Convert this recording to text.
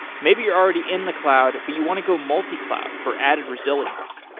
maybe you're already in the cloud, but you want to go multi-cloud for added resilience.